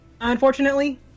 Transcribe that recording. unfortunately